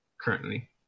currently